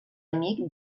amic